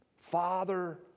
Father